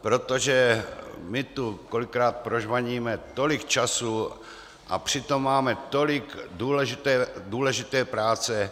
Protože my tu kolikrát prožvaníme tolik času, a přitom máme tolik důležité práce.